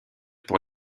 pour